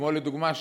כמו לדוגמה,